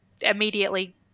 immediately